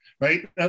right